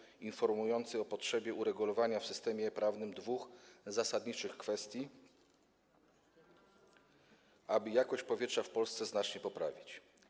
To raport informujący o potrzebie uregulowania w systemie prawnym dwóch zasadniczych kwestii, aby jakość powietrza w Polsce znacznie poprawić.